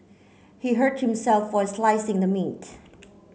he hurt himself while slicing the meat